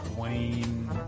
Wayne